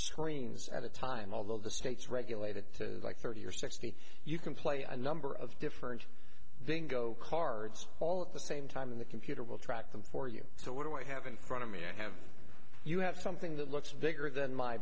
screens at a time although the states regulate it to like thirty or sixty you can play a number of different then go cards all at the same time in the computer will track them for you so what do i have in front of me i have you have something that looks bigger than m